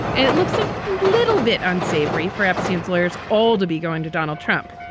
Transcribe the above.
it it looks a little bit unsavory for epstein's lawyers, all to be going to donald trump,